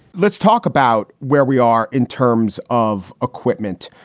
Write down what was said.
let's talk about where we are in terms of equipment.